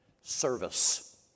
Service